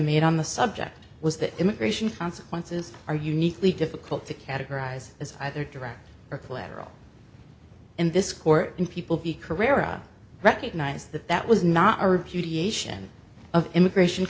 made on the subject was that immigration consequences are uniquely difficult to categorize as either direct or collateral in this court in people be career i recognize that that was not a repudiation of immigration